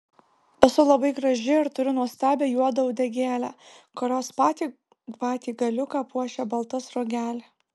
esu labai graži ir turiu nuostabią juodą uodegėlę kurios patį patį galiuką puošia balta sruogelė